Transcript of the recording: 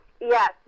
yes